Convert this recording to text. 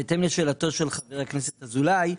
בהתאם לשאלתו של חבר הכנסת אזולאי,